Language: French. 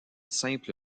simple